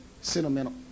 sentimental